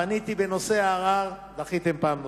פניתי בנושא הערר, דחיתם פעם נוספת.